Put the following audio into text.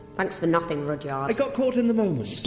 thanks for nothing, rudyard. i got caught in the moment!